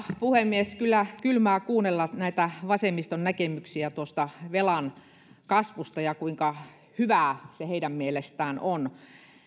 puhemies kyllä kylmää kuunnella näitä vasemmiston näkemyksiä velan kasvusta ja siitä kuinka hyvä se heidän mielestään on